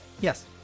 Yes